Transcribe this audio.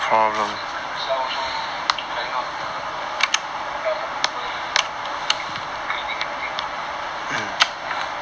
um cause I myself also trying out the health supplement the cleaning everything [one] see lor